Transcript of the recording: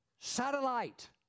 satellite